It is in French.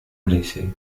blessé